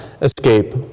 escape